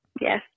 Yes